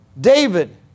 David